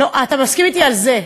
אתה מסכים אתי על זה.